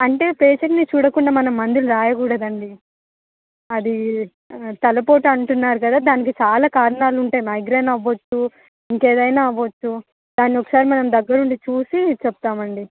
అంటే పేషెంట్ని చూడకుండా మనం మందులు రాయకూడదండి అది తలపోటు అంటున్నారు కదా దానికి చాలా కారణాలు ఉంటాయి మైగ్రేన్ అవ్వచ్చు ఇంకేదైనా అవ్వచ్చు దాన్ని ఒకసారి మనం దగ్గర ఉండి చూసి చెప్తాం అండి